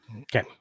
Okay